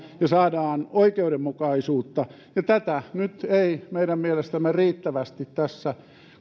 saadaan oikeudenmukaisuutta ja tätä ei nyt meidän mielestämme riittävästi tässä